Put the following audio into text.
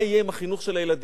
מה יהיה עם החינוך של הילדים?